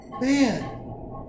Man